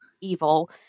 evil